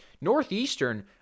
Northeastern